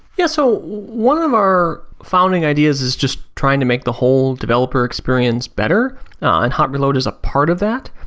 yeah so one of our founding ideas is just trying to make the whole developer experience better and hot reload is a part of that.